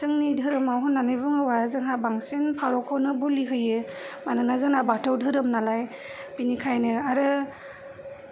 जोंनि धोरोमाव होननानै बुङोबा जोंहा बांसिन फारौखौनो बोलि होयो मानोना जोंना बाथौ धोरोमनालाय बिनिखायनो आरो